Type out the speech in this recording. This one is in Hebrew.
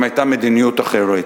אם היתה מדיניות אחרת.